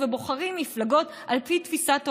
ובוחרים מפלגות על פי תפיסת עולם,